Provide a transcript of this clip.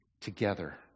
together